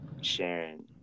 Sharing